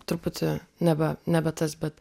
truputį nebe nebe tas bet